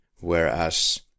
Whereas